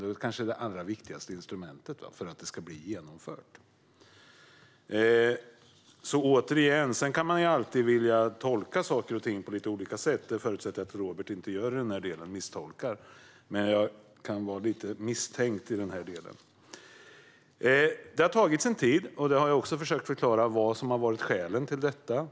Det är kanske det allra viktigaste instrumentet för att det här ska bli genomfört. Sedan kan man alltid vilja tolka saker och ting på olika sätt. Jag förutsätter att Robert inte medvetet misstolkar den här delen, men jag kan bli lite misstänksam. Det har tagit sin tid, och jag har också försökt förklara vad som har varit skälen till detta.